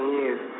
years